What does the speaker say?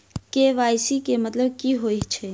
KYC केँ मतलब की होइ छै?